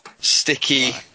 Sticky